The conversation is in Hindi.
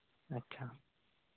अच्छा